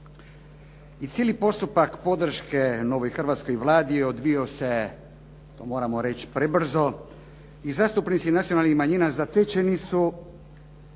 i cijeli postupak podrške novoj hrvatskoj Vladi odvijao se, to moramo reći, prebrzo i zastupnici nacionalnih manjina zatečeni su